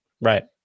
Right